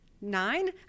Nine